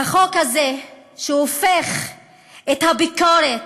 והחוק הזה, שהופך את הביקורת,